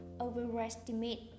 overestimate